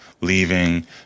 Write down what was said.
leaving